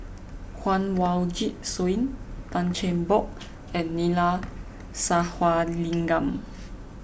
Kanwaljit Soin Tan Cheng Bock and Neila Sathyalingam